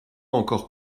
encore